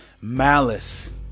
Malice